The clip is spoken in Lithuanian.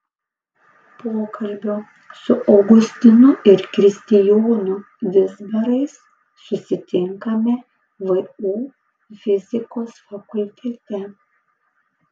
pokalbio su augustinu ir kristijonu vizbarais susitinkame vu fizikos fakultete